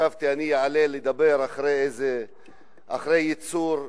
חשבתי שאעלה לדבר אחרי יצור נעים,